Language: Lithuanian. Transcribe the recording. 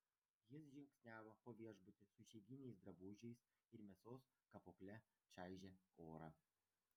jis žingsniavo po viešbutį su išeiginiais drabužiais ir mėsos kapokle čaižė orą